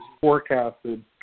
forecasted